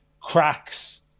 cracks